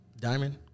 Diamond